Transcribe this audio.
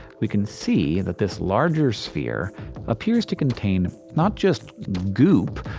we can see that this larger sphere appears to contain not just goop,